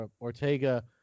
Ortega